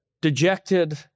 dejected